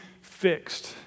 fixed